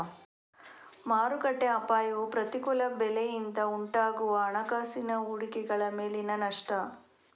ಮಾರುಕಟ್ಟೆ ಅಪಾಯವು ಪ್ರತಿಕೂಲ ಬೆಲೆಯಿಂದ ಉಂಟಾಗುವ ಹಣಕಾಸಿನ ಹೂಡಿಕೆಗಳ ಮೇಲಿನ ನಷ್ಟ